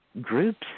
groups